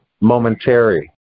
momentary